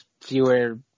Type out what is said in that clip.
fewer